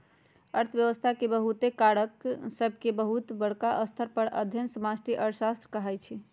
अर्थव्यवस्था के बहुते कारक सभके बहुत बरका स्तर पर अध्ययन समष्टि अर्थशास्त्र कहाइ छै